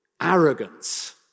arrogance